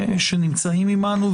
שנמצאים עימנו,